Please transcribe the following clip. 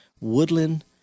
woodland